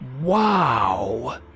Wow